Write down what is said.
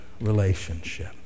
relationship